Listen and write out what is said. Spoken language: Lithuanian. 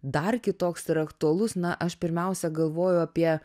dar kitoks ir aktualus na aš pirmiausia galvoju apie